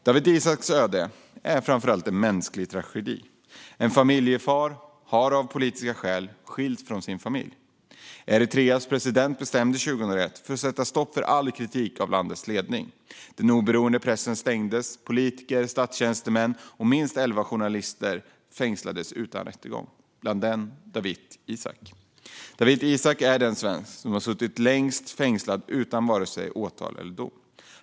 Dawit Isaaks öde är framför allt en mänsklig tragedi. En familjefar har av politiska skäl skilts från sin familj. Eritreas president bestämde 2001 att det skulle sättas stopp för all kritik av landets ledning. Den oberoende pressen stängdes, och politiker, statstjänstemän och minst elva journalister fängslades utan rättegång, bland dem Dawit Isaak. Dawit Isaak är den svensk som har suttit längst fängslad utan vare sig åtal eller dom.